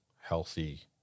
healthy